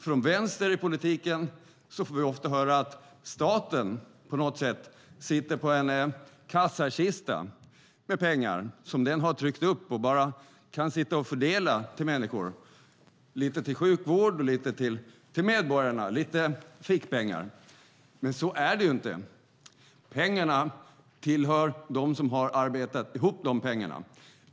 Från vänster i politiken får vi ofta höra att staten på något sätt sitter på en kassakista med pengar som staten har tryckt upp och bara kan sitta och fördela till människor - lite till sjukvård och lite fickpengar till medborgarna. Men så är det ju inte. Pengarna tillhör dem som har arbetat ihop dem.